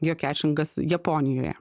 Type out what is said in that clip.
geokešingas japonijoje